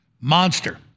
monster